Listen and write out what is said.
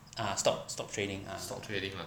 ah stock stock trading lah